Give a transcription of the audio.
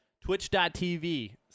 twitch.tv